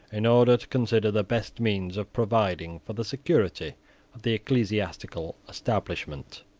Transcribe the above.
in order to consider the best means of providing for the security of the ecclesiastical establishment.